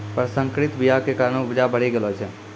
प्रसंकरित बीया के कारण उपजा बढ़ि गेलो छै